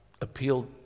appealed